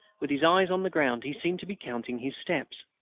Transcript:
with his eyes on the ground he seemed to be counting his steps.